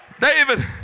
David